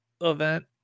event